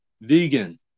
Vegan